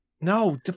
No